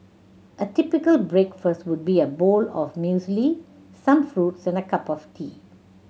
a typical breakfast would be a bowl of muesli some fruits and a cup of coffee